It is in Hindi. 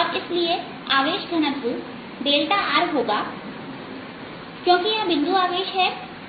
और इसलिए आवेश घनत्व rहोगा क्योंकि यह बिंदु आवेश है